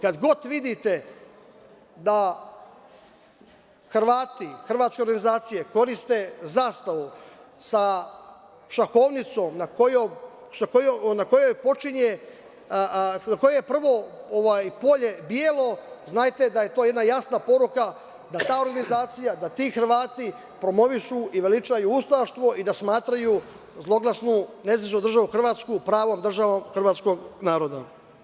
Kad god vidite da Hrvati, hrvatske organizacije koriste zastavu sa šahovnicom na kojoj je prvo polje belo, znajte da je to jedna jasna poruka da ta organizacija, da ti Hrvati promovišu i veličaju ustaštvo i da smatraju zloglasnu NDH pravom državom hrvatskog naroda.